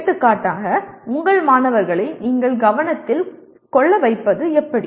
எடுத்துக்காட்டாக உங்கள் மாணவர்களை நீங்கள் கவனத்தில் கொள்ள வைப்பது எப்படி